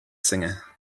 singer